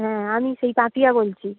হ্যাঁ আমি সেই পাপিয়া বলছি